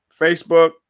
Facebook